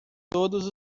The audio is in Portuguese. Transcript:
todos